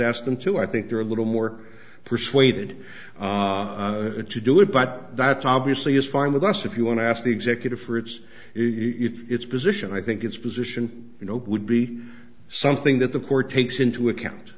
ask them to i think they're a little more persuaded to do it but that's obviously is fine with us if you want to ask the executive for it's its position i think it's position you know would be something that the court takes into account